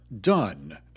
done